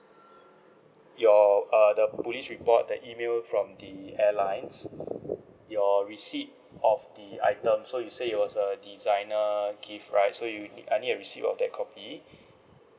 your uh the police report that email from the airlines your receipt of the item so you said it was a designer gift right so you need I need a receipt of that copy